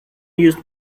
used